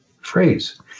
phrase